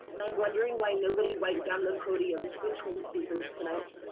and i'm wondering why nobody wiped down the podium between speakers tonight.